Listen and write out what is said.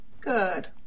Good